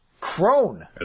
Crone